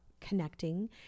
connecting